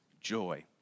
joy